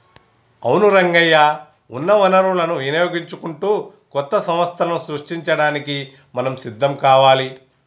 అవును రంగయ్య ఉన్న వనరులను వినియోగించుకుంటూ కొత్త సంస్థలను సృష్టించడానికి మనం సిద్ధం కావాలి